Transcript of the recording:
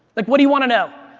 like what do you want to know?